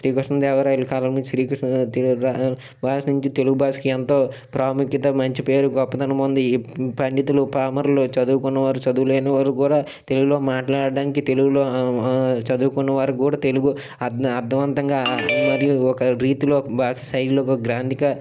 శ్రీకృష్ణదేవరాయల కాలం నుంచి శ్రీకృష్ణదేవరాయల కాలం నుంచి తెలుగు భాషకి ఎంతో ప్రాముఖ్యత మంచి పేరు గొప్పదనం ఉంది పండితులు పామరులు చదువుకున్న వారు చదువు లేని వారు కూడా తెలుగులో మాట్లాడడానికి తెలుగులో చదువుకున్న వారు కూడా తెలుగులో అర్థ అర్థవంతంగా మరియు ఒక రీతిలో భాష శైలిలో గ్రాంధిక